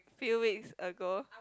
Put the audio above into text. few weeks ago